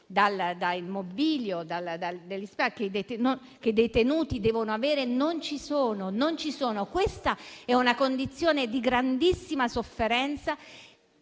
dal mobilio e che i detenuti devono avere, in realtà non ci sono. Questa è una condizione di grandissima sofferenza